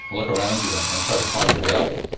look around you and and try to find your valley,